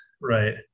right